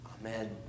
Amen